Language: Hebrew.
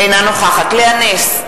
אינה נוכחת לאה נס,